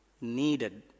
Needed